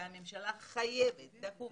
והממשלה חייבת לפעול.